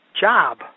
Job